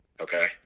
Okay